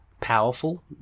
powerful